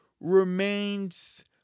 remains